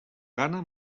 gana